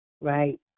right